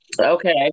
Okay